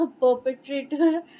perpetrator